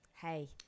hey